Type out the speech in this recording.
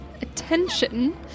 Attention